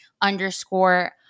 underscore